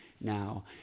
now